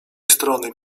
strony